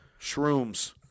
Shrooms